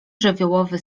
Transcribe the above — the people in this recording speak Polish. żywiołowy